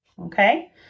Okay